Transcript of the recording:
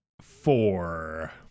four